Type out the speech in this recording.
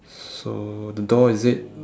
so the door is it